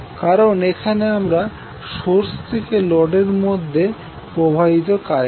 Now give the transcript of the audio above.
কারন এখানে আমরা সোর্স থেকে লোডের মধ্যে প্রবাহিত কারেন্ট